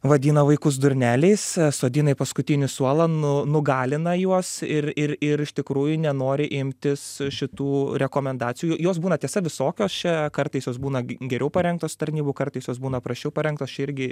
vadina vaikus durneliais sodina į paskutinį suolą nu nugalina juos ir ir ir iš tikrųjų nenori imtis šitų rekomendacijų jos būna tiesa visokios čia kartais jos būna geriau parengtos tarnybų kartais jos būna prasčiau parengtos čia irgi